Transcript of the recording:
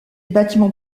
bâtiments